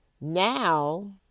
now